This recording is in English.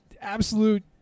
absolute